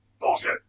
Bullshit